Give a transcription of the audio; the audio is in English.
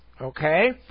Okay